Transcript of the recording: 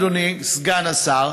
אדוני סגן השר,